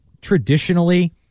traditionally